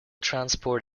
transport